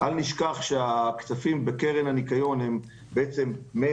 אל נשכח שהכספים בקרן הניקיון הם מארנונה